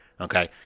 Okay